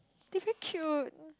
they very cute